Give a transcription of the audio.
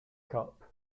cup